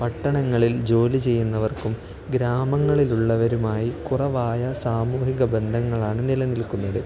പട്ടണങ്ങളിൽ ജോലി ചെയ്യുന്നവർക്കും ഗ്രാമങ്ങളിലുള്ളവരുമായി കുറവായ സാമൂഹിക ബന്ധങ്ങളാണ് നിലനിൽക്കുന്നത്